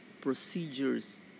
procedures